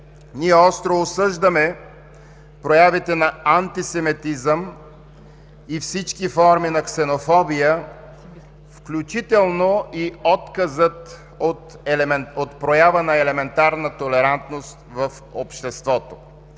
ние остро осъждаме проявите на антисемитизъм и всички форми на ксенофобия, включително и отказът от проява на елементарна толерантност в обществото.